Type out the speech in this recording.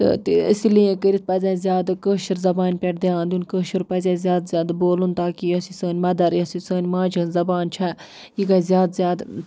تہٕ تہِ اسی لیے کٔرِتھ پَزِ اَسہِ زیادٕ کٲشِر زبانہِ پٮ۪ٹھ دیان دیُن کٲشُر پَزِ اَسہِ زیادٕ زیادٕ بولُن تاکہِ یۄس یہِ سٲنۍ مَدر یۄس یہِ سٲنۍ ماجہِ ہٕنٛز زَبان چھےٚ یہِ گژھِ زیادٕ زیادٕ